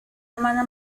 hermana